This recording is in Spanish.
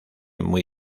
muy